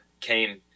came